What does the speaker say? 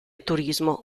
turismo